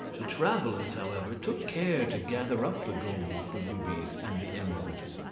the travellers, however, took care to gather up the gold, the rubies, and the emeralds.